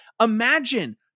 imagine